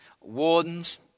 wardens